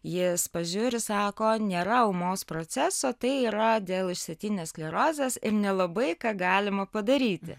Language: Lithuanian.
jis pažiūri sako nėra ūmaus proceso tai yra dėl išsėtinės sklerozės ir nelabai ką galima padaryti